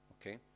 Okay